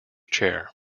chair